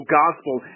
gospel